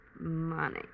money